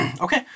Okay